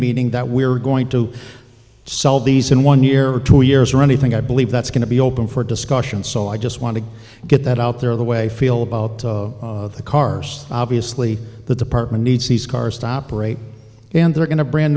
meeting that we're going to sell these in one year or two years or anything i believe that's going to be open for discussion so i just want to get that out there the way feel about the cars obviously the department needs these cars to operate and they're going to brand